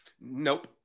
Nope